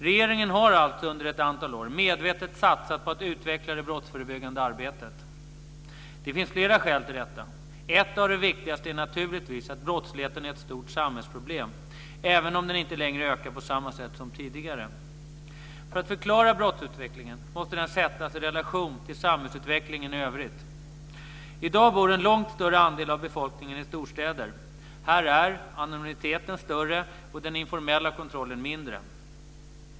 Regeringen har alltså under ett antal år medvetet satsat på att utveckla det brottsförebyggande arbetet. Det finns flera skäl till detta. Ett av de viktigaste skälen är naturligtvis att brottsligheten är ett stort samhällsproblem, även om den inte längre ökar på samma sätt som tidigare. För att man ska kunna förklara brottsutvecklingen måste den sättas i relation till samhällsutvecklingen i övrigt. I dag bor en långt större andel av befolkningen i storstäder. Här är anonymiteten större och den informella kontrollen mindre.